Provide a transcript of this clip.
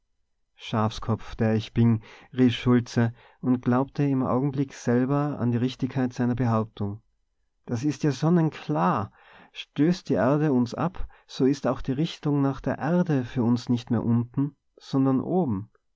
schafskopf der ich bin rief schultze und glaubte im augenblick selber an die richtigkeit seiner behauptung das ist ja sonnenklar stößt die erde uns ab so ist auch die richtung nach der erde für uns nicht mehr unten sondern oben